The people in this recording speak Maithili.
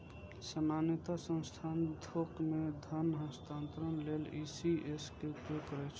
सामान्यतः संस्थान थोक मे धन हस्तांतरण लेल ई.सी.एस के उपयोग करै छै